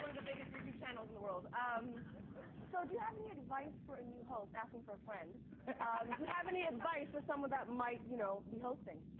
the biggest youtube channels in the world. um so, do you have any advice for a new host? asking for a friend. do you have any advice for someone that might, you know, be hosting?